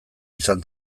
izan